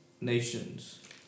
nations